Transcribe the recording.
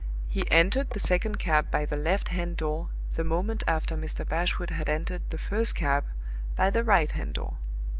he entered the second cab by the left-hand door the moment after mr. bashwood had entered the first cab by the right-hand door.